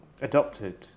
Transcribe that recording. adopted